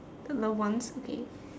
the love ones okay